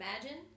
imagine